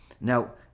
now